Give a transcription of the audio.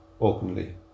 openly